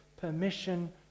permission